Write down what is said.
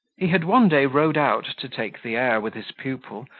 he had one day rode out to take the air with his pupil,